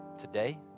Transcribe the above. today